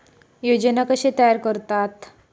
योजना कशे तयार करतात?